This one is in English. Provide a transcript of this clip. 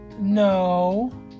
no